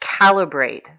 calibrate